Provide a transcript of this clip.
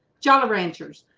jolly ranchers,